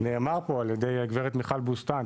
נאמר פה על ידי הגברת מיכל בוסתן,